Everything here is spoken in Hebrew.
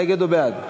נגד או בעד?